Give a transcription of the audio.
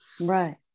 Right